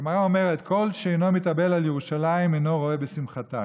הגמרא אומרת: "שאינו מתאבל על ירושלים אינו רואה בשמחתה",